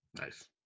Nice